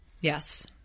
Yes